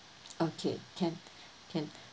okay can can